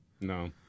no